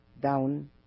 down